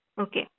Okay